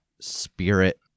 spirit